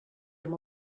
amb